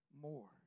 More